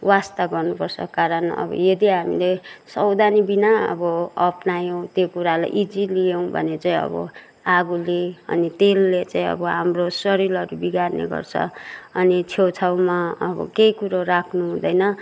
वास्ता गर्नुपर्छ कारण अब यदि हामीले सवधानी बिना अब अपनायौँ त्यो कुरालाई इजी लियौँ भने चाहिँ अब आगोले अनि तेलले चाहिँ आबो हाम्रो शरीरहरू बिगार्ने गर्छ अनि छेउछाउमा अब केही कुरो राख्नुहुँदैन